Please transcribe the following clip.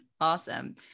Awesome